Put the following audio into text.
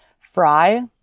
fry